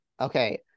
okay